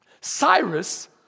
Cyrus